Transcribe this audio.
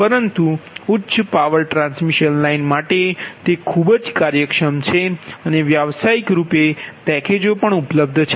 પરંતુ ઉચ્ચ power transmission line માટે તે ખૂબ કાર્યક્ષમ છે અને વ્યવસાયિક રૂપે પેકેજો ઉપલબ્ધ છે